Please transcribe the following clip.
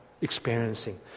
experiencing